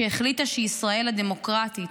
שהחליטה שישראל הדמוקרטית,